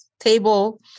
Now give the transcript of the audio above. table